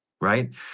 right